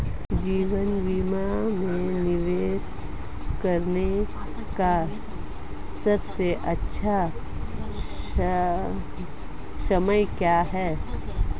जीवन बीमा में निवेश करने का सबसे अच्छा समय क्या है?